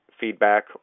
feedback